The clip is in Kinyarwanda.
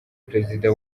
perezida